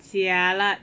jialat